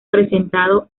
presentado